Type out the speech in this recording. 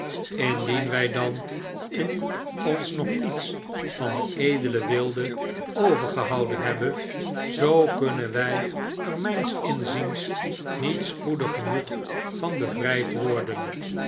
indien wig dan in ons nog iets van den